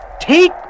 take